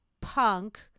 punk